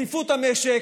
רציפות המשק,